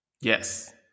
Yes